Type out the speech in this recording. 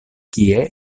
kie